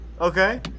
Okay